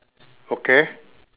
okay